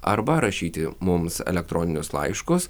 arba rašyti mums elektroninius laiškus